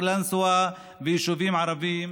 קלנסווה ויישובים ערביים,